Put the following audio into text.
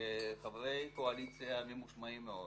כחברי קואליציה ממושמעים מאוד.